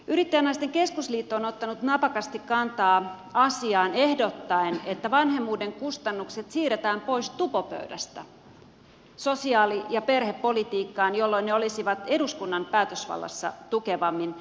yrittäjänaisten keskusliitto on ottanut napakasti kantaa asiaan ehdottaen että vanhemmuuden kustannukset siirretään pois tupopöydästä sosiaali ja perhepolitiikkaan jolloin ne olisivat eduskunnan päätösvallassa tukevammin